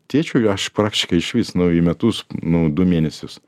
tėčiui aš praktiškai išvis nu į metus nu du mėnesius